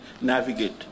navigate